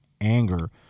anger